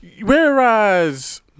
whereas